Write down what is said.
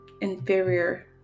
inferior